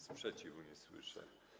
Sprzeciwu nie słyszę.